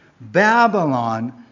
Babylon